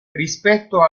rispetto